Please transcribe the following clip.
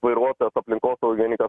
vairuotojas aplinkosauginikas